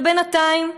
ובינתיים,